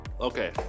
Okay